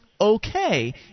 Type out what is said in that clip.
okay